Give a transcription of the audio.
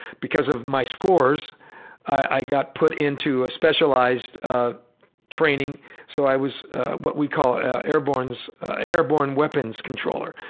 because of my scores i got put into a specialized training so i was what we call airborne so airborne weapons controller.